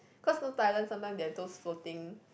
cause know Thailand sometimes they have those floating